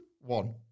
One